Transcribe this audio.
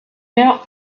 mehr